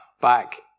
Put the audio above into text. back